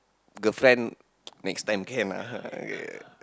girlfriend next time can lah yeah